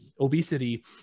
obesity